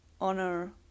honor